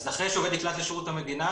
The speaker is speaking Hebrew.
אז אחרי שעובד נקלט לשירות המדינה